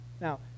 Now